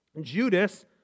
Judas